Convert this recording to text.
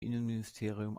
innenministerium